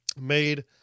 made